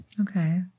Okay